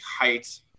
height